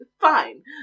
Fine